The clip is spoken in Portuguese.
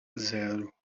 zero